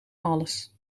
alles